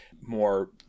more